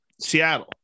Seattle